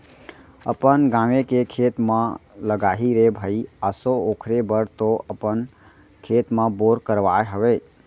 अपन गाँवे के खेत म लगाही रे भई आसो ओखरे बर तो अपन खेत म बोर करवाय हवय